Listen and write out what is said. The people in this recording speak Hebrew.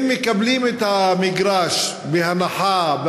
הם מקבלים את המגרש בהנחה,